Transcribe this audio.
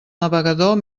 navegador